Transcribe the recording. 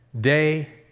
Day